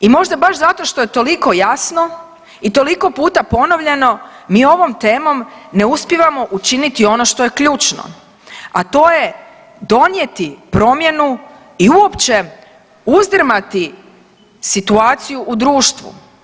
I možda baš zato što je toliko jasno i toliko puta ponovljeno mi ovom temom ne uspijevamo učiniti ono što je ključno, a to je donijeti promjenu i uopće uzdrmati situaciju u društvu.